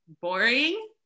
boring